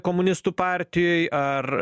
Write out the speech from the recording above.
komunistų partijoj ar